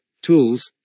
tools